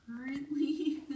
currently